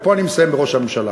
ופה אני מסיים בראש הממשלה.